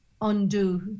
undo